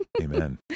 Amen